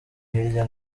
hirya